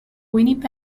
winnipeg